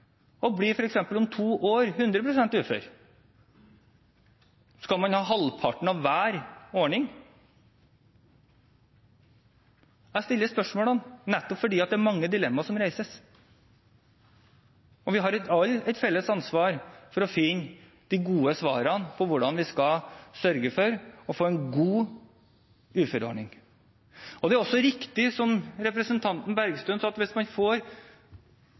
Skal man ha halvparten av hver ordning? Jeg stiller spørsmålene nettopp fordi det er mange dilemmaer som reises, og vi har alle et felles ansvar for å finne de gode svarene på hvordan vi skal sørge for å få en god uføreordning. Det er også riktig, som representanten Bergstø sa, at hvis man får